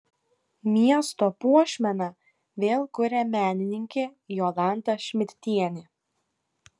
miesto puošmeną vėl kuria menininkė jolanta šmidtienė